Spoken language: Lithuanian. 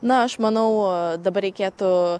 na aš manau dabar reikėtų